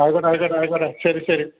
ആയിക്കോട്ടേ ആയിക്കോട്ടേ ആയിക്കോട്ടേ ശരി ശരി